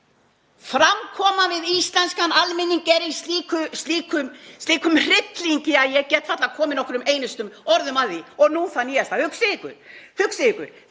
Framkoman við íslenskan almenning er í slíkum hryllingi að ég get varla komið nokkrum einustu orðum að því. Og nú það nýjasta, hugsið ykkur: